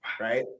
right